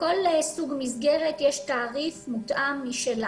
לכל סוג מסגרת יש תעריף מותאם משלה.